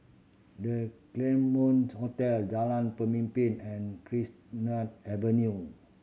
The Claremont Hotel Jalan Pemimpin and Chestnut Avenue